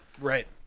Right